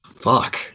Fuck